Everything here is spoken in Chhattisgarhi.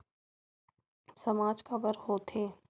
सामाज काबर हो थे?